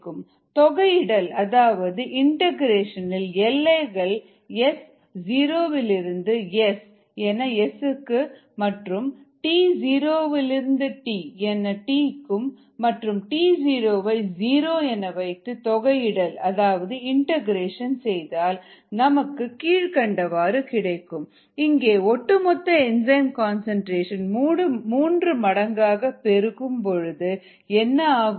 KmlnS Svmt தொகைஇடல் அதாவது integration இன் எல்லைகள் S0 விலிருந்து S என S க்கு மற்றும் t0 இதிலிருந்து t என t க்கு மற்றும் t00 என வைத்து தொகைஇடல் அதாவது இண்டெகரேஷன் செய்தால் நமக்கு Kmln SS0vm KmlnS0Svmt இங்கே ஒட்டுமொத்த என்சைம் கன்சன்ட்ரேஷன் மூன்று மடங்காக பெருக்கும் பொழுது என்ன ஆகும்